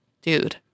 dude